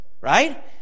right